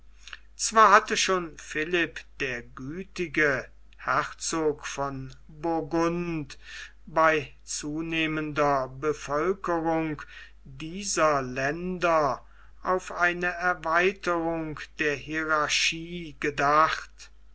zwar hatte schon philipp der gütige herzog von burgund bei zunehmender bevölkerung dieser länder auf eine erweiterung der hierarchie gedacht